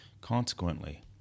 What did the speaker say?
Consequently